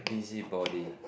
busybody